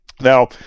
now